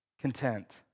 content